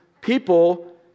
people